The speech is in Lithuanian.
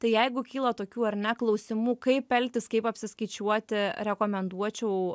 tai jeigu kyla tokių ar ne klausimų kaip elgtis kaip apsiskaičiuoti rekomenduočiau